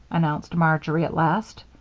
announced marjory, at last.